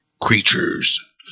Creatures